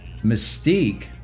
mystique